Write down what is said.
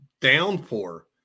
downpour